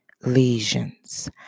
lesions